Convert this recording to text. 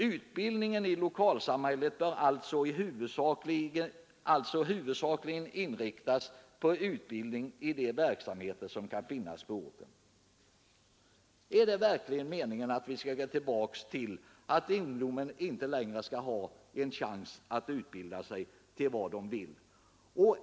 Utbildningen i lokalsamhället bör alltså huvudsakligen inriktas på utbildning i de verksamheter som kan finnas på orten.” Är det verkligen meningen att vi skall gå tillbaka till att ungdomen inte längre skall ha en chans att utbilda sig i det yrke som de önskar?